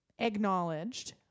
acknowledged